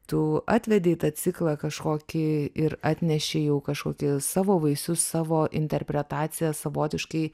tų atvedei tą ciklą kažkokį ir atnešei jau kažkokį savo vaisius savo interpretaciją savotiškai